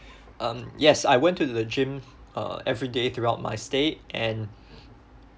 um yes I went to the gym uh everyday throughout my stay and